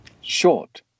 Short